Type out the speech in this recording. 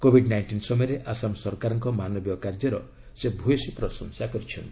Covid nineteen ସମୟରେ ଆସାମ ସରକାରଙ୍କ ମାନବୀୟ କାର୍ଯ୍ୟର ସେ ଭୂୟସୀ ପ୍ରଶଂସା କରିଛନ୍ତି